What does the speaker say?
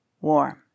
warm